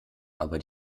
aber